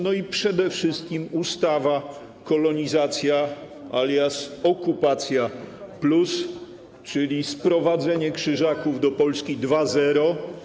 No i przede wszystkim ustawa: kolonizacja alias okupacja+, czyli sprowadzenie Krzyżaków do Polski 2.0.